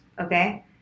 okay